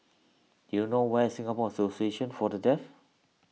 do you know where is Singapore Association for the Deaf